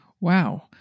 Wow